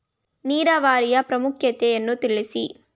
ನೀರಾವರಿಯ ಪ್ರಾಮುಖ್ಯತೆ ಯನ್ನು ತಿಳಿಸಿ?